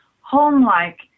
home-like